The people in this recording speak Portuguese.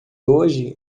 hoje